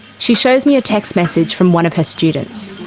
she shows me a text message from one of her students.